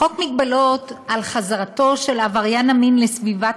חוק מגבלות על חזרתו של עבריין המין לסביבת